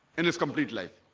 and his complete life.